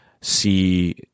see